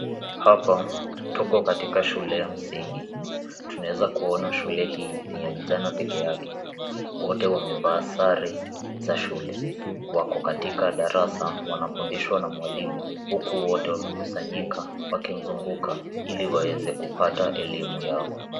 Hapa tuko katika shule ya msingi. Tunaeza kuona shule hii ni ya vijana pekeake. Wote wamevaa sare za shule. Wako katika darasa wanafundishwa na mwalimu, huku wote wamekusanyika wakimzunguka, ili waweze kupata elimu yao.